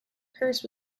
purse